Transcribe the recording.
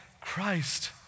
Christ